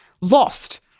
lost